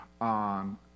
On